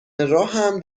راهم